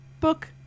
book